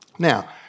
Now